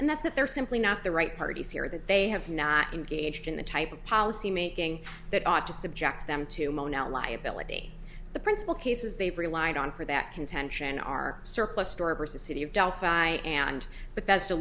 and that's that they're simply not the right parties here that they have not engaged in the type of policy making that ought to subject them to mow not liability the principle cases they've relied on for that contention are surplus store versus city of delphi and but that's the